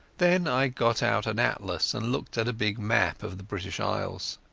then i got out an atlas and looked at a big map of the british isles.